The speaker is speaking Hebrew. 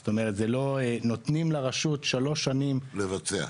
זאת אומרת נותנים לרשות שלוש שנים -- לבצע.